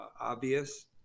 obvious